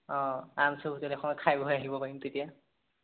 অঁ আৰামচে হোটেল এখনত খাই বৈ আহিব পাৰিম তেতিয়া